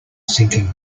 sinking